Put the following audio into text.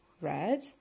Red